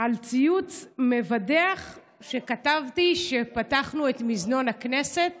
על ציוץ מבדח שכתבתי בו שפתחנו את מזנון הכנסת